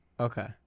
okay